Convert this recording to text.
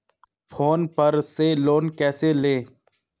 Phone पर से loan कैसे लें?